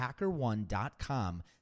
HackerOne.com